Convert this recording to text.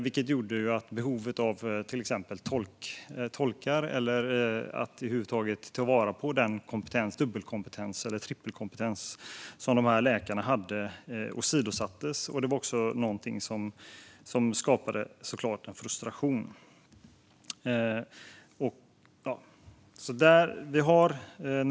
Det gjorde att behovet av till exempel tolkar eller av att över huvud taget ta vara på den dubbelkompetens eller trippelkompetens som de här läkarna hade åsidosattes. Det var också någonting som såklart skapade frustration.